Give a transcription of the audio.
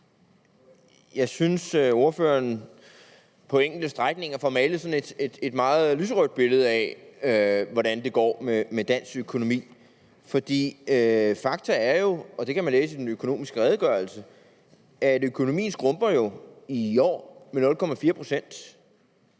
Jeg synes, at ordføreren på enkelte strækninger får malet sådan et meget lyserødt billede af, hvordan det går med dansk økonomi. For fakta er – og det kan man